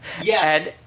Yes